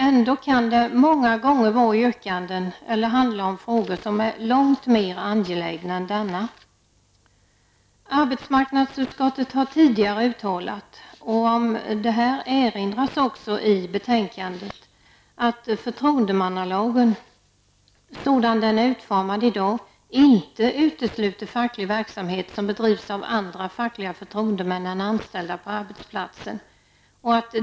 Ändå kan det många gånger gälla frågor som är långt mer angelägna än denna. Arbetsmarknadsutskottet har tidigare uttalat, något som det också erinras om i detta betänkande, att förtroendemannalagen sådan den i dag är utformad inte utesluter facklig verksamhet som bedrivs av andra fackliga förtroendemän än anställda på arbetsplatsen.